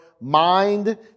mind